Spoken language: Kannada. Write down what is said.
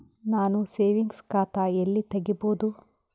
ನಾನು ಸೇವಿಂಗ್ಸ್ ಖಾತಾ ಎಲ್ಲಿ ತಗಿಬೋದು?